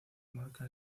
comarca